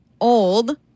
old